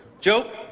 Joe